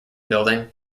building